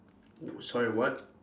sorry what